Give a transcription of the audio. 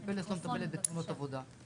ו"פלס" לא מטפלת בתאונות עבודה.